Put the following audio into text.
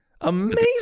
Amazing